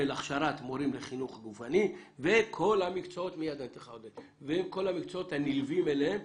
של הכשרת מורים לחינוך גופני וכל המקצועות הנלווים אליהם.